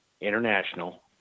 International